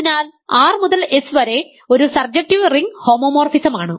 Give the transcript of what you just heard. അതിനാൽ R മുതൽ S വരെ ഒരു സർജക്റ്റീവ് റിംഗ് ഹോമോമോർഫിസമാണ്